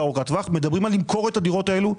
ארוכת טווח מדברים על למכור את הדירות האלה,